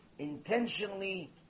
intentionally